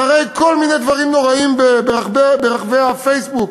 אחרי כל מיני דברים נוראים ברחבי הפייסבוק